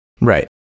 Right